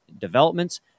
developments